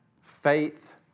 faith